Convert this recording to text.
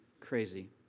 crazy